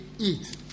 eat